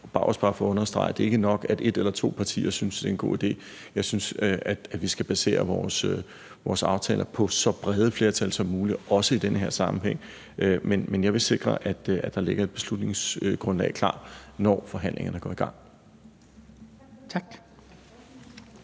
Og det er også bare for at understrege, at det ikke er nok, at et eller to partier synes, det er en god idé. Jeg synes, at vi skal basere vores aftaler på så brede flertal som muligt, også i den her sammenhæng. Men jeg vil sikre, at der ligger et beslutningsgrundlag klar, når forhandlingerne går i gang. Kl.